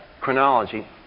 chronology